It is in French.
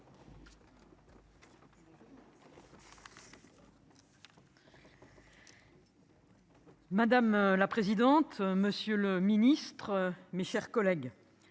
Madame la présidente, monsieur le ministre, mes chers collègues.